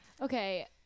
okay